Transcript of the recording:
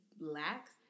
lacks